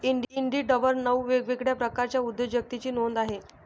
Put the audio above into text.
इंडिडवर नऊ वेगवेगळ्या प्रकारच्या उद्योजकतेची नोंद आहे